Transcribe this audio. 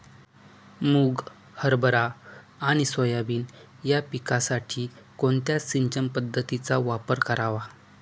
मुग, हरभरा आणि सोयाबीन या पिकासाठी कोणत्या सिंचन पद्धतीचा वापर करावा?